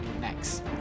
next